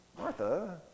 Martha